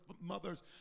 mothers